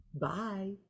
bye